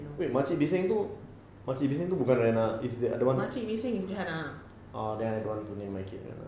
wait makcik bising itu makcik bising itu bukan rihanna is the other one ah oh then I don't want to name my kid rihanna